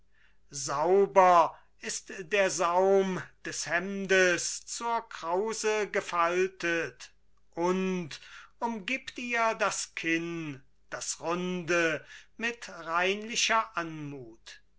sauber ist der saum des hemdes zur krause gefaltet und umgibt ihr das kinn das runde mit reinlicher anmut